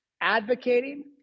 advocating